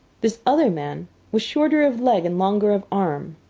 this other man was shorter of leg and longer of arm,